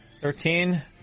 Thirteen